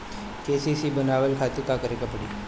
KCC बनवावे खातिर का करे के पड़ी?